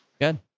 Good